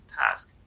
task